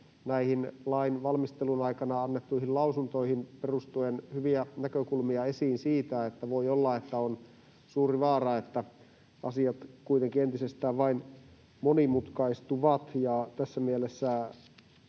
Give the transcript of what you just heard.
näihin lain valmisteluun aikanaan annettuihin lausuntoihin perustuen hyviä näkökulmia esiin siitä, että voi olla, että on suuri vaara, että asiat kuitenkin entisestään vain monimutkaistuvat, ja tässä mielessä